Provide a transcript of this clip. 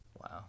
Wow